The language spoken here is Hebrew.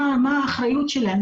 מה האחריות שלהם,